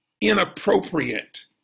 inappropriate